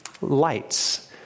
lights